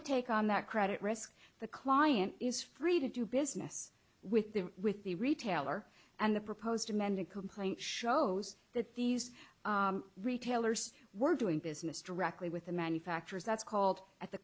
to take on that credit risk the client is free to do business with the with the retailer and the proposed amended complaint shows that these retailers were doing business directly with the manufacturers that's called at the